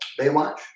Baywatch